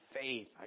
faith